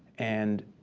and